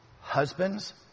Husbands